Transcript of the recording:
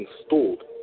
installed